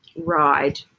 ride